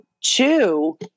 Two